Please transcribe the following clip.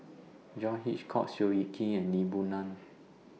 John Hitchcock Seow Yit Kin and Lee Boon Ngan